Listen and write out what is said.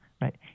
right